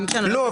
לא.